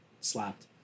slapped